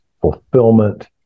fulfillment